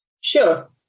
Sure